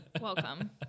Welcome